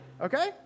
okay